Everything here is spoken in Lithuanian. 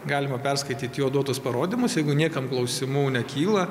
galima perskaityt jo duotus parodymus jeigu niekam klausimų nekyla